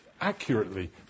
accurately